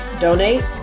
donate